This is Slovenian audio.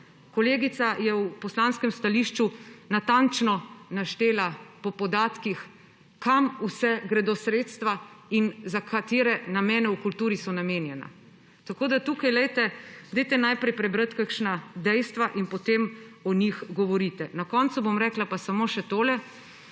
Kolegica je v poslanskem stališču natančno naštela po podatkih, kam vse gredo sredstva in za katere namene v kulturi so namenjena. Tako, da najprej preberite kakšna dejstva in potem o njih govorite. Na koncu bom rekla pa samo še tole.